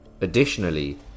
Additionally